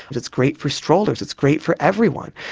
but it's great for strollers, it's great for everyone.